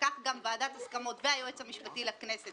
וכך גם ועדת הסכמות והיועץ המשפטי לכנסת